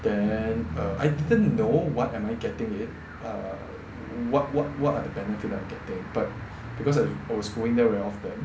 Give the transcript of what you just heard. then uh I didn't know what am I getting it uh what what what are the benefit I getting but because I was going there very often